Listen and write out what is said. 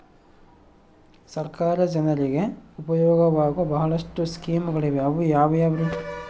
ಸರ್ಕಾರ ಜನರಿಗೆ ಉಪಯೋಗವಾಗೋ ಬಹಳಷ್ಟು ಸ್ಕೇಮುಗಳಿವೆ ಅವು ಯಾವ್ಯಾವ್ರಿ?